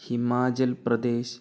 Himachal Pradesh